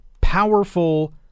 powerful